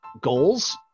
goals